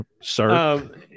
Sir